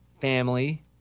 family